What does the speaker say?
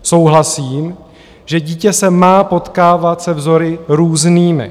Souhlasím, že dítě se má potkávat se vzory různými.